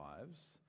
lives